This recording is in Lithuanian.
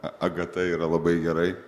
agata yra labai gerai